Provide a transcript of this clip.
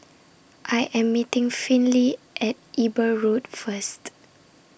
I Am meeting Finley At Eber Road First